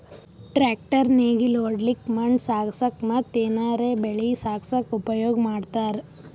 tractor ನೇಗಿಲ್ ಹೊಡ್ಲಿಕ್ಕ್ ಮಣ್ಣ್ ಸಾಗಸಕ್ಕ ಮತ್ತ್ ಏನರೆ ಬೆಳಿ ಸಾಗಸಕ್ಕ್ ಉಪಯೋಗ್ ಮಾಡ್ತಾರ್